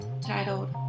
titled